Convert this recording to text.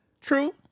True